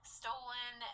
stolen